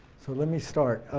so let me start.